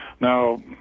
Now